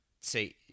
say